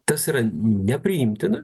tas yra nepriimtina